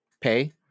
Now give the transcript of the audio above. pay